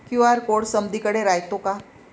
QR code समदीकडे रायतो का?